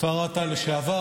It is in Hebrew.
כפר אתא, אתה זוכר?